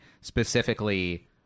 specifically